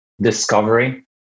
discovery